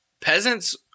Peasants